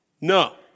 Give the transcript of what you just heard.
No